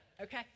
Okay